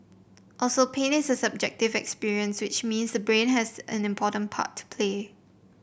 also pain is a subjective experience which means brain has an important part to play